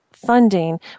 Funding